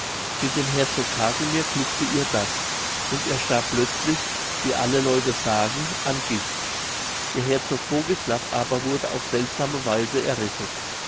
mit dem herzog casimir glückte ihr das und er starb plötzlich wie alle leute sagen an gift der herzog bogislav aber wurde auf seltsame weise errettet